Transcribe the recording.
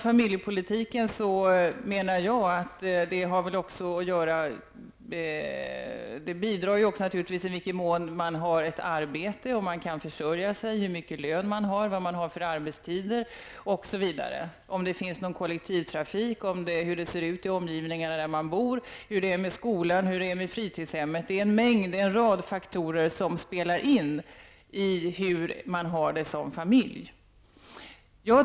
Faktorer som om man har ett arbete, om man kan försörja sig, hur stor lön man har, vad man har för arbetstider, osv., bidrar naturligtvis också, menar jag. Annat som påverkar är om det finns någon kollektivtrafik, hur det ser ut i omgivningarna där man bor, hur det är med skolan, med fritidshemmet -- det är en rad faktorer som påverkar hur man har det som familj.